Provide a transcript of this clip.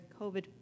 COVID